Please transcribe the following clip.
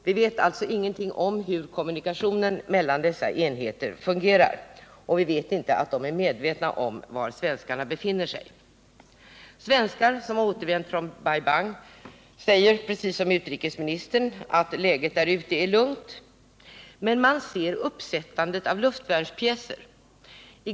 Och vi vet ingenting om hur kommunikationen mellan dessa enheter fungerar. Vi vet inte heller om dessa är medvetna om var svenskarna befinner sig. Svenskar som återvänt från Bai Bang säger, precis som utrikesministern, att läget där ute är lugnt. Men man observerar uppsättande av luftvärnspjäser.